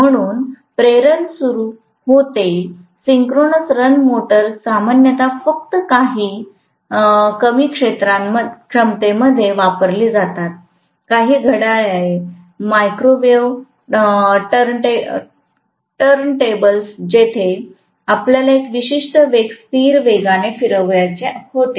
म्हणून प्रेरण सुरू होते सिंक्रोनस रन मोटर्स सामान्यत फक्त काही कमी क्षमतेमध्ये वापरली जातात काही घड्याळे मायक्रोवेव्ह टर्नटेबल्स जिथे आपल्याला एका विशिष्ट वेग स्थिर वेगाने फिरवायचे होते